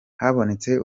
habonetse